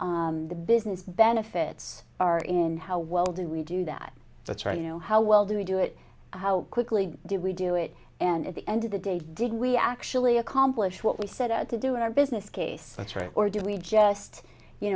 the business benefits are in how well do we do that that's right you know how well do we do it how quickly do we do it and at the end of the day did we actually accomplish what we set out to do in our business case that's right or do we just you